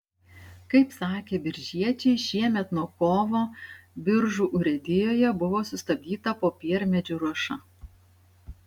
kaip sakė biržiečiai šiemet nuo kovo biržų urėdijoje buvo sustabdyta popiermedžių ruoša